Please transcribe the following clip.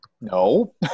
no